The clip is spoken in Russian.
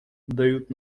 дают